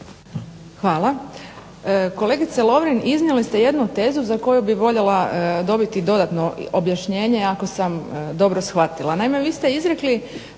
Hvala. Kolegice Lovrin iznijeli ste jednu tezu za koju bi voljela dobiti dodatno objašnjenje ako sam dobro shvatila.